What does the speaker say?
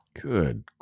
Good